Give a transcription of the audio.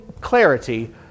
clarity